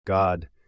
God